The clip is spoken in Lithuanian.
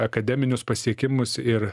akademinius pasiekimus ir